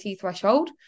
threshold